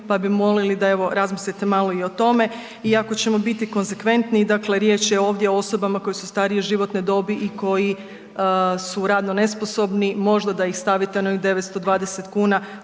pa bi molili da, evo, razmislite malo i o tome, i ako ćemo biti konsekventni, dakle riječ je ovdje o osobama koje su starije životne dobi i koji su radno nesposobni, možda da ih stavite na onih 920 kuna,